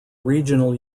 regional